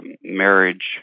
marriage